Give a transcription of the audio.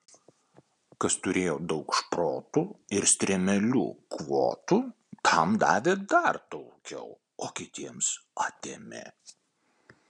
kas turėjo daug šprotų ir strimelių kvotų tam davė dar daugiau o kitiems atėmė